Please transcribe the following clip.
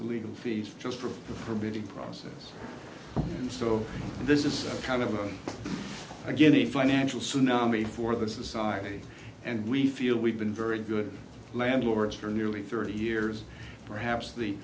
in legal fees just for her bidding process and so this is kind of a guinea financial tsunami for the society and we feel we've been very good landlords for nearly thirty years perhaps the